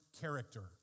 character